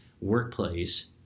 workplace